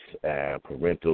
parental